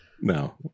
No